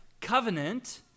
covenant